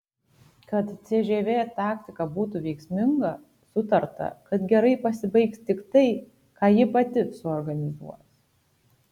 kad cžv taktika būtų veiksminga sutarta kad gerai pasibaigs tik tai ką ji pati suorganizuos